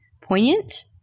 poignant